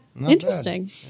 Interesting